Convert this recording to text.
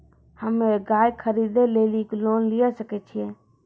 हम्मे गाय खरीदे लेली लोन लिये सकय छियै?